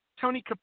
Tony